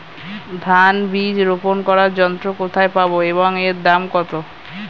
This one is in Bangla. ধান বীজ রোপন করার যন্ত্র কোথায় পাব এবং এর দাম কত?